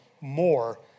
more